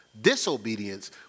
disobedience